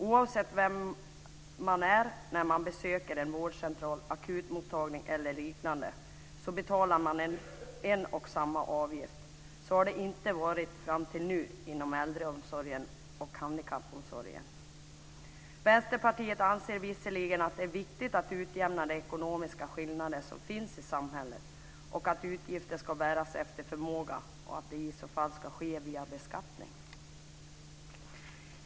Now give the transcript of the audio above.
Oavsett vem som besöker en vårdcentral, akutmottagning eller liknande så betalar man en och samma avgift. Så har det inte varit fram till nu inom äldreomsorgen och handikappomsorgen. Vänsterpartiet anser visserligen att det är viktigt att utjämna de ekonomiska skillnader som finns i samhället och att utgifter ska bäras efter förmåga. Eventuella skillnader ska utjämnas via beskattning.